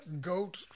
goat